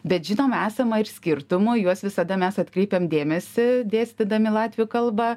bet žinom esama ir skirtumų į juos visada mes atkreipiam dėmesį dėstydami latvių kalbą